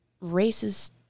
races –